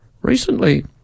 Recently